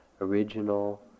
original